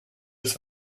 its